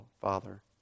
father